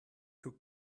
took